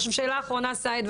עכשיו שאלה אחרונה לסאיד,